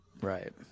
Right